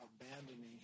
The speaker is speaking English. abandoning